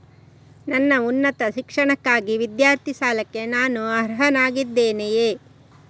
ನನ್ನ ಉನ್ನತ ಶಿಕ್ಷಣಕ್ಕಾಗಿ ವಿದ್ಯಾರ್ಥಿ ಸಾಲಕ್ಕೆ ನಾನು ಅರ್ಹನಾಗಿದ್ದೇನೆಯೇ?